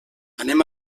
anem